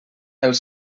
els